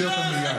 להוציא אותו מייד.